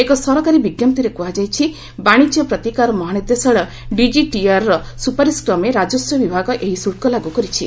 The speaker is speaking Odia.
ଏକ ସରକାରୀ ବିଞ୍ଘପ୍ତିରେ କୁହାଯାଇଛି ବାଶିଜ୍ୟ ପ୍ରତିକାର ମହାନିର୍ଦ୍ଦେଶାଳୟ ଡିକିଟିଆର୍ର ସୁପାରିସ୍କ୍ରମେ ରାଜସ୍ୱ ବିଭାଗ ଏହି ଶୁଳ୍କ ଲାଗୁ କରିଛି